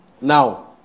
Now